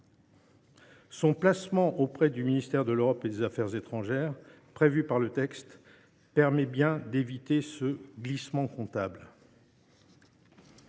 Son placement auprès du ministère de l’Europe et des affaires étrangères, prévu par le texte, permet d’éviter ce glissement comptable.